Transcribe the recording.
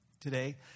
today